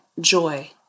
joy